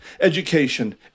education